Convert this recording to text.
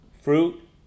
Fruit